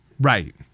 right